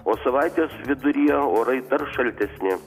o savaitės viduryje orai dar šaltesni